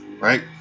Right